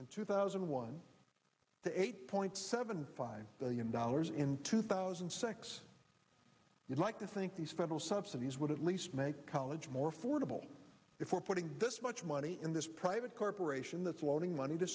in two thousand and one to eight point seven five billion dollars in two thousand and six you'd like to think these federal subsidies would at least make college more affordable if we're putting this much money in this private corporation that's loaning money t